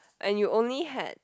and you only had